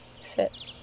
Sit